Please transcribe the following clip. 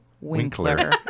Winkler